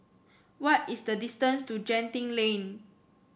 what is the distance to Genting Lane